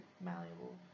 malleable